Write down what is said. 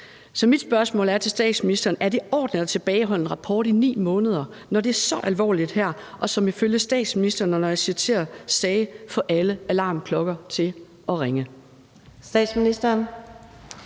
mit spørgsmål til statsministeren er: Er det i orden at tilbageholde en rapport i 9 måneder, når det er så alvorligt her og det, som jeg citerede statsministeren for at sige, »får alle alarmklokker til at ringe«?